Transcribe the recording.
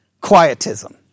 Quietism